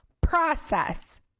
process